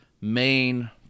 main